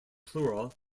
plural